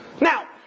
Now